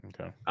Okay